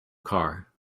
car